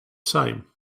same